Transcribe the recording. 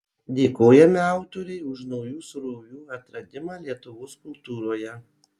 dėkojame autorei už naujų srovių atradimą lietuvos kultūroje